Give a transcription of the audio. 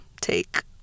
take